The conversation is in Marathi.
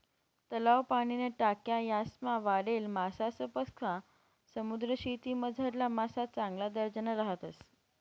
तलाव, पाणीन्या टाक्या यासमा वाढेल मासासपक्सा समुद्रीशेतीमझारला मासा चांगला दर्जाना राहतस